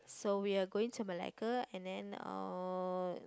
so we are going to Malacca and then uh